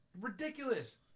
Ridiculous